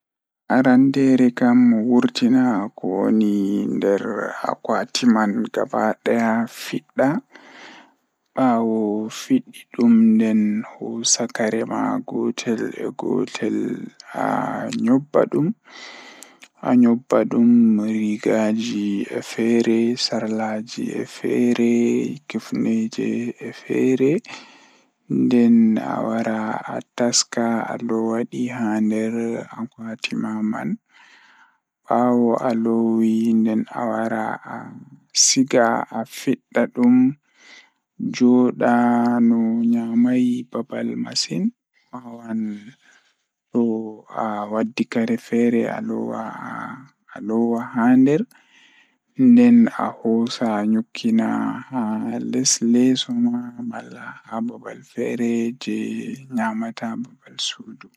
Jokkondir taɗɗoore ngal heɓe ɓiɓɓe ɗiɗi ngal so tawii njiddaade moƴƴaare. Njidi taɗɗoore ngal e cuuraande ngal, waɗe e moƴƴaare he ko ƴettude nder moƴƴaare. Miɗo foti waawaa fittaade piijo, tiwtiwade, kadi njiɗir taɗɗoore ɗee ɗo waɗi bimbi. Nde waawataa njiddaade, nder mbooki ko waawataa waɗude ko ɗiɗi ngam so tawii.